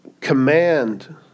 command